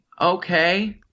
okay